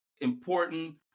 important